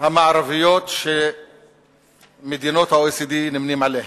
המערביות שמדינות ה-OECD נמנות עמן,